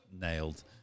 nailed